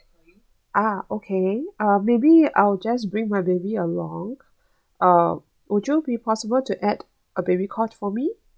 ah okay uh maybe I will just bring my baby along uh would you be possible to add a baby cot for me